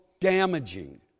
Damaging